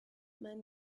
man